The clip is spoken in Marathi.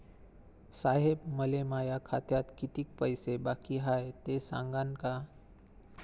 साहेब, मले माया खात्यात कितीक पैसे बाकी हाय, ते सांगान का?